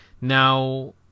Now